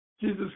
Jesus